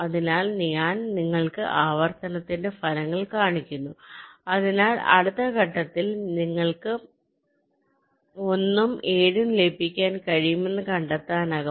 അതിനാൽ ഞാൻ നിങ്ങൾക്ക് ആവർത്തനത്തിന്റെ ഫലങ്ങൾ കാണിക്കുന്നു അതിനാൽ അടുത്ത ഘട്ടത്തിൽ നിങ്ങൾക്ക് 1 ഉം 7 ഉം ലയിപ്പിക്കാൻ കഴിയുമെന്ന് കണ്ടെത്താനാകും